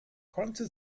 konnte